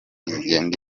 zigenda